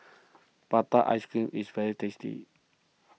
Prata Ice Cream is very tasty